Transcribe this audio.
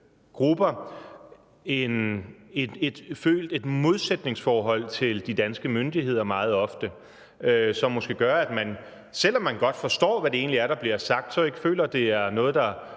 ofte føles et modsætningsforhold til de danske myndigheder, hvilket måske gør, at man, selv om man egentlig godt forstår, hvad det er, der bliver sagt, så ikke føler, at det er noget, der